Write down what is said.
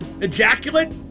ejaculate